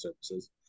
services